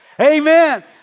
Amen